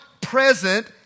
present